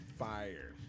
fire